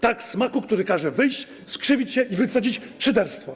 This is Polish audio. Tak, smaku, który każe wyjść, skrzywić się, wycedzić szyderstwo.